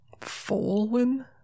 Fallen